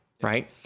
Right